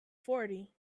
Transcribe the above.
forty